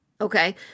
Okay